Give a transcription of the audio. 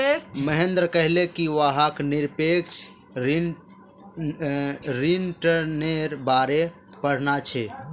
महेंद्र कहले कि वहाक् निरपेक्ष रिटर्न्नेर बारे पढ़ना छ